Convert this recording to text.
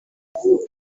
abakora